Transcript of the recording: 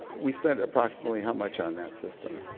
we spent approximately how much on that system?